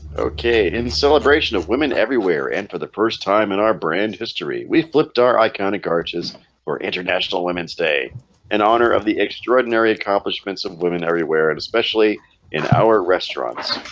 ok in celebration of women everywhere and for the first time in our brand history we flipped our iconic arches for international women's day in honor of the extraordinary accomplishments of women everywhere and especially in our restaurants